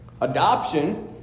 Adoption